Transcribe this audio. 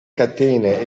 catene